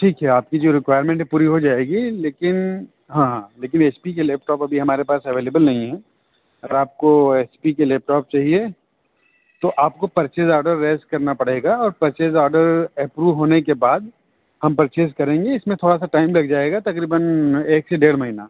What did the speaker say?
ٹھیک ہے آپ کی جو رکوائرمنٹ ہے پوری ہو جائے گی لیکن ہاں ہاں لیکن ایچ پی کے لیپٹاپ ابھی ہمارے پاس اویلیبل نہیں ہیں اگر آپ کو ایچ پی کے لیپٹاپ چاہیے تو آپ کو پرچیز آڈر ریز کرنا پڑے گا اور پرچیز آڈر اپروو ہونے کے بعد ہم پرچیز کریں گے اس میں تھوڑا سا ٹائم لگ جائے گا تقريباً ايک سے ديڑھ مہينہ